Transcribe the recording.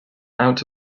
out